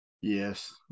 Yes